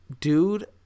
dude